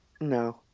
No